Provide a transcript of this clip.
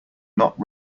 not